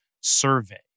survey